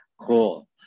Cool